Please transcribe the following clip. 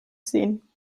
sehen